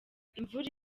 imvura